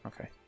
Okay